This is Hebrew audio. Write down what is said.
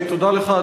תודה לך.